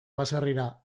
baserrira